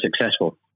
successful